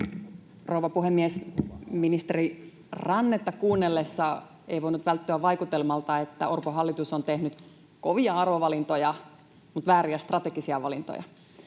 Rouva puhemies! Ministeri Rannetta kuunnellessa ei voinut välttyä vaikutelmalta, että Orpon hallitus on tehnyt kovia arvovalintoja mutta vääriä strategisia valintoja.